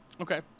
Okay